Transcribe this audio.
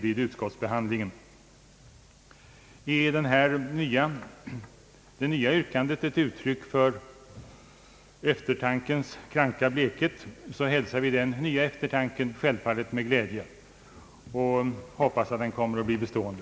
är emellertid detta nya yrkande ett uttryck för eftertankens kranka blekhet, så hälsar vi självfallet denna nya eftertanke med glädje och hoppas att den kommer att bli bestående.